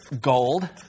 gold